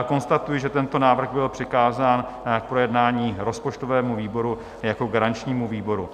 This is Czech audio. Konstatuji, že tento návrh byl přikázán k projednání rozpočtovému výboru jako garančnímu výboru.